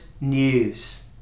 news